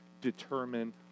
determine